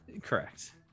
Correct